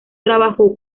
trabajó